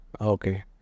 Okay